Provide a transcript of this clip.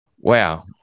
wow